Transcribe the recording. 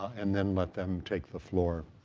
and then let them take the floor.